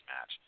match